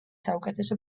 საუკეთესო